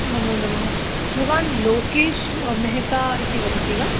नमो नमः भवान् लोकेशः मेहता इति वदति वा